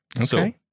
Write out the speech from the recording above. Okay